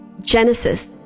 genesis